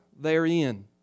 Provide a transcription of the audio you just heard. therein